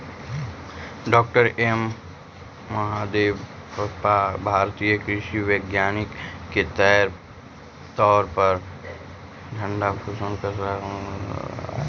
डॉ M Mahadevappa भारतीय कृषि वैज्ञानिक के तौर पर पद्म भूषण पुरस्कार से सम्मानित कएल गेलथीन